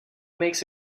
makes